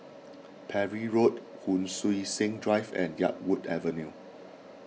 Parry Road Hon Sui Sen Drive and Yarwood Avenue